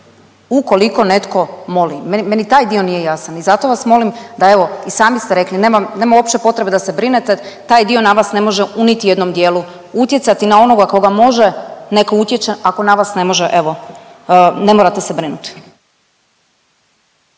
ukoliko netko moli. Meni, meni taj dio nije jasan i zato vas molim da evo i sami ste rekli. Nema, nema uopće potrebe da se brinete, taj dio na vas ne može u niti jednom dijelu utjecati. Na onoga koga može neka utječe, ako na vas ne može evo, ne morate se brinut.